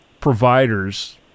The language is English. providers